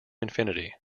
infinity